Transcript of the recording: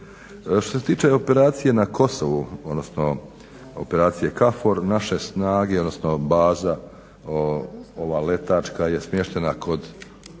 Što se tiče operacije na Kosovu, odnosno Operacije KFOR naše snage, odnosno baza ova letačka je smještena u